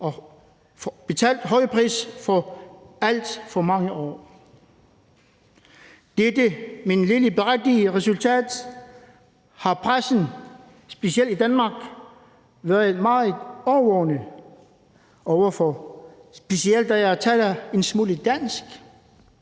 og betalt en høj pris for i alt for mange år. Dette lille, men berettigede resultat har pressen specielt i Danmark været meget årvågne over for, specielt da jeg taler en smule dansk.